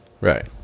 Right